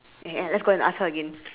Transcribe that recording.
eh let's go and ask her again